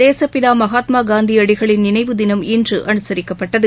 தேசப்பிதா மகாத்மா காந்தியடிகளின் நினைவு தினம் இன்று அனுசரிக்கப்பட்டது